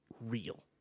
real